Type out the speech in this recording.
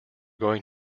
going